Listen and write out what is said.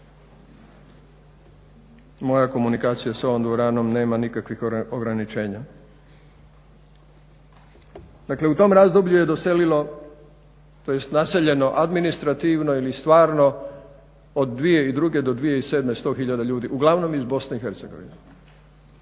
moja komunikacija sa ovom dvoranom nema nikakvih ograničenja. Dakle u tom razdoblju je doselilo, tj. naseljeno administrativno ili stvarno od 2002. do 2007. 100 000 ljudi uglavnom iz BiH. Tek toliko